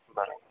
बराबरि